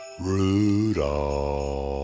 Rudolph